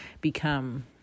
become